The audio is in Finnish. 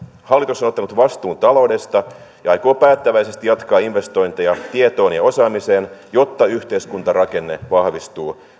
hallitus on ottanut vastuun taloudesta ja aikoo päättäväisesti jatkaa investointeja tietoon ja osaamiseen jotta yhteiskuntarakenne vahvistuu